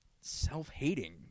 self-hating